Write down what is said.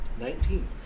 Nineteen